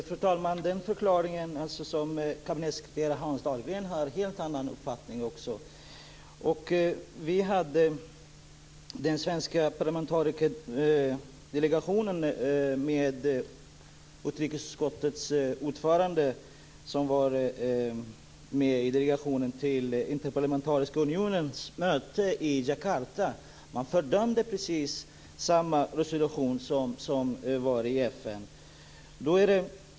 Fru talman! Kabinettssekreterare Hans Dahlgren har en helt annan uppfattning än den förklaringen. Den svenska parlamentarikerdelegationen med utrikesutskottets ordförande var med till Interparlamentariska unionens möte i Jakarta. Man fördömde där precis samma resolution som var i FN.